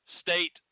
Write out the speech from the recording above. state